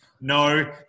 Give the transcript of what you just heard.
no